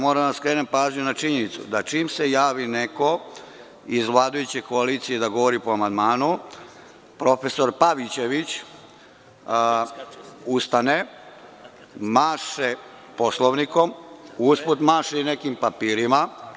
Moram da skrenem pažnju na činjenicu da čim se javi neko iz vladajuće koalicije da govori po amandmanu prof. Pavićević ustane, maše Poslovnikom, usput maše i nekim papirima.